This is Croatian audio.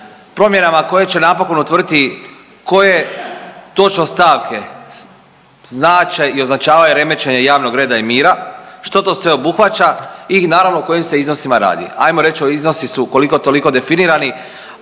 promjenama koje će napokon utvrditi koje točno stavke znače i označavaju remećenje javnog reda i mira, što to sve obuhvaća i naravno o kojim se iznosima radi, ajmo reć iznosi su koliko toliko definirani